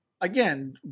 again